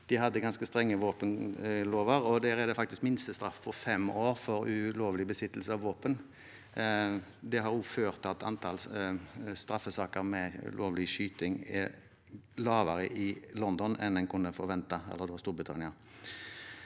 de hadde ganske strenge våpenlover, og der er det faktisk minstestraff på fem år for ulovlig besittelse av våpen. Det har også ført til at antall straffesaker med ulovlig skyting er lavere i Storbritannia enn en kunne forvente. Til slutt: